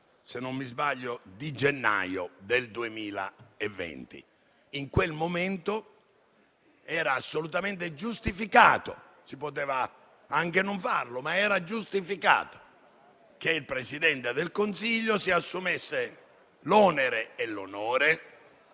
per applicarlo, il 31 gennaio 2020. In quel momento era assolutamente giustificato; si poteva anche non farlo, ma era giustificato che il Presidente del Consiglio si assumesse l'onere e l'onore